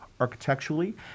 architecturally